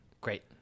Great